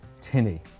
tinny